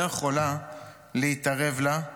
לא יכולה להתערב לה,